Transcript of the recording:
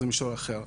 זה מישור אחר.